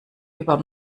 über